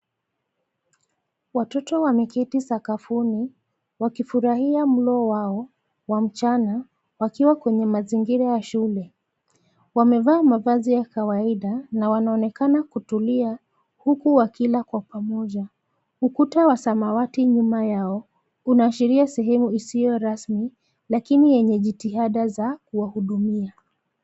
Watoto wameketi sakafuni wakifurahia mlo wao wa mchana wakiwa kwenye mazingira ya shule. Wamevaa mavazi ya kawaida na wanaonekana kutulia huku wakila kwa pamoja. Ukuta wa samawati nyuma yao unaashiria sehemu isiyo rasmi lakini yenye jitihada za kuwahudumia.